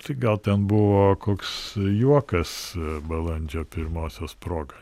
tai gal ten buvo koks juokas balandžio pirmosios proga